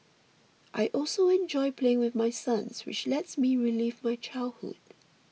I also enjoy playing with my sons which lets me relive my childhood